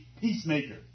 peacemaker